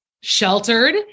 sheltered